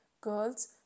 Girls